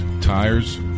tires